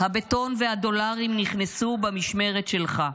הבטון והדולרים נכנסו במשמרת שלך.